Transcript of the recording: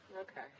Okay